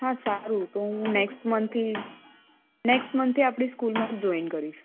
હા સારું તો હું નેક્સ્ટ મંથથી નેક્સ્ટ મંથથી આપણી સ્કૂલમાં જ જોઈન કરીશ